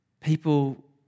people